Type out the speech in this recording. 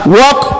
walk